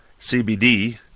CBD